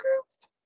groups